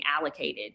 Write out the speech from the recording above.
allocated